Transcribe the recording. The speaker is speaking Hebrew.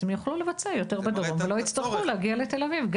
אז הם יוכלו לבצע יותר בדרום ולא יצטרכו להגיע לתל אביב.